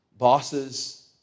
bosses